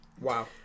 wow